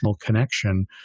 connection